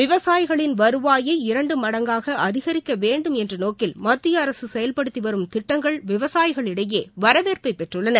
விவசாயிகளின் வருவாயை இரண்டு மடங்காகஅதிகரிக்கவேண்டும் என்றநோக்கில் மத்தியஅரசுசெயல்படுத்திவரும் திட்டங்கள் விவசாயிகளிடையேவரவேற்பைபெற்றுள்ளன